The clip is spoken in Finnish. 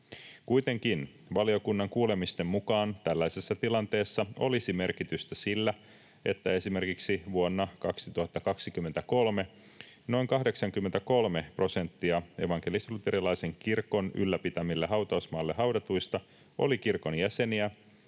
Kuitenkin valiokunnan kuulemisten mukaan tällaisessa tilanteessa olisi merkitystä sillä, että esimerkiksi vuonna 2023 noin 83 prosenttia evankelis-luterilaisen kirkon ylläpitämille hautausmaille haudatuista oli kirkon jäseniä